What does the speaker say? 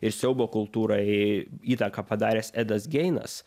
ir siaubo kultūrai įtaką padaręs edas geinas